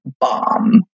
bomb